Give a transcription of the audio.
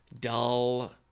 dull